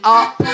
up